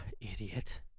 Idiot